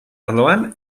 arloan